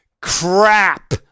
crap